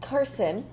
Carson